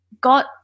got